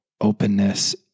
openness